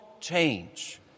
change